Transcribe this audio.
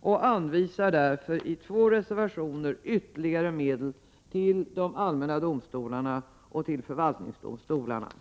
och anvisar i två reservationer ytterligare medel till de allmänna domstolarna och till förvaltningsdomstolarna.